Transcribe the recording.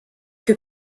que